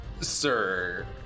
Sir